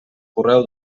correu